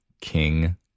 King